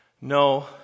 No